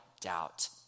doubt